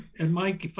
and mike,